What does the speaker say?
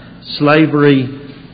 slavery